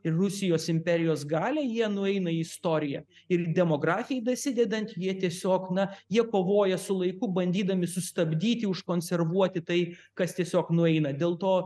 ir rusijos imperijos galią jie nueina į istoriją ir demografijai dasidedant jie tiesiog na jie kovoja su laiku bandydami sustabdyti užkonservuoti tai kas tiesiog nueina dėl to